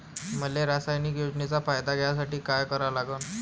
मले सामाजिक योजनेचा फायदा घ्यासाठी काय करा लागन?